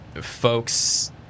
folks